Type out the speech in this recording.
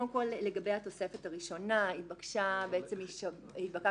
קודם כול לגבי התוספת הראשונה התבקשנו משב"ס